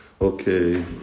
okay